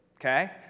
okay